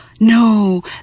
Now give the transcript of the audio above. No